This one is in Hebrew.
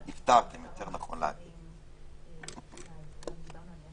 סיימנו להקריא את סעיף קטן (ב).